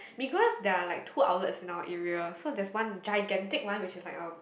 Migros there are like two outlets in our area so that's one gigantic one which is like a